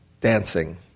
dancing